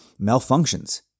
malfunctions